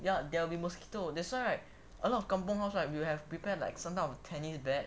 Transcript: ya there will be mosquito that's why a lot of kampung house right will prepare like some kind of tennis bat